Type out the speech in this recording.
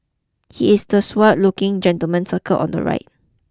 he is the suave looking gentleman circled on the right